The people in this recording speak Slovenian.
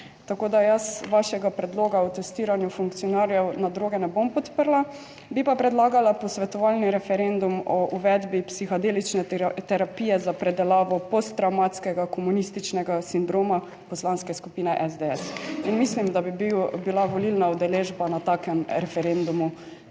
tako da jaz vašega predloga o testiranju funkcionarjev na droge ne bom podprla, bi pa predlagala posvetovalni referendum o uvedbi psihadelične terapije za predelavo postravmatskega komunističnega sindroma poslanske skupine SDS in mislim, da bi bila volilna udeležba na takem referendumu